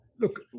look